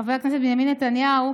חבר הכנסת בנימין נתניהו,